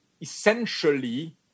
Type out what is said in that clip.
essentially